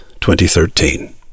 2013